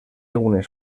unes